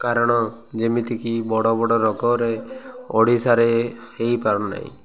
କାରଣ ଯେମିତିକି ବଡ଼ ବଡ଼ ରୋଗରେ ଓଡ଼ିଶାରେ ହେଇପାରୁନାହିଁ